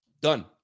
Done